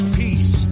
peace